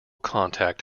contact